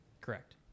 Correct